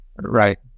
Right